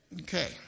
Okay